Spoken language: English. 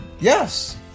yes